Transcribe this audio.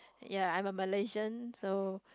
ya I am a Malaysian so